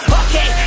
okay